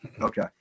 Okay